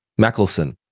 Mackelson